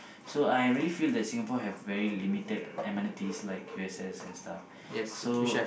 so I really feel like Singapore have very limited amenities like U_S_S and stuff so